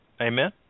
Amen